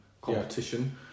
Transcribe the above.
competition